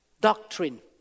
doctrine